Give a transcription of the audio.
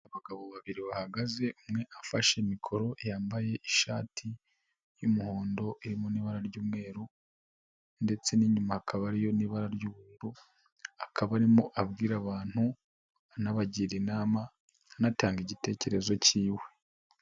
Abagabo babiri bahagaze umwe afashe mikoro yambaye ishati y'umuhondo irimo n'ibara ry'umweru ndetse n'inyuma hakaba hariyo n'ibara ry'ubururu, akaba arimo abwira abantu, anabagira inama, anatanga igitekerezo cyiwe.